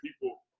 people